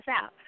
out